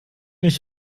nicht